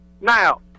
Now